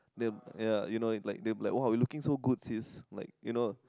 ya you know it's like it's like !wow! we're looking so good it's like you know